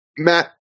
Matt